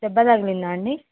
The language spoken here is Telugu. దెబ్బ తగిలిందా అండి